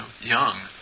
Young